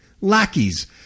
lackeys